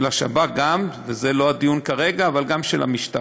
של השב"כ גם, זה לא הדיון כרגע, אבל גם של המשטרה.